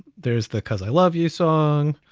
there's the, because i love you song,